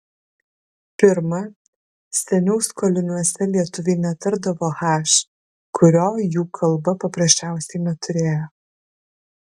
pirma seniau skoliniuose lietuviai netardavo h kurio jų kalba paprasčiausiai neturėjo